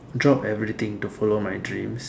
drop everything to follow my dreams